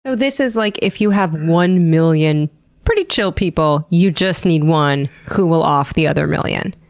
so this is like if you have one million pretty chill people, you just need one who will off the other million.